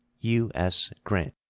u s. grant.